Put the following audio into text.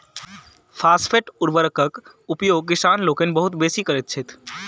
phosphate उर्वरकक उपयोग किसान लोकनि बहुत बेसी करैत छथि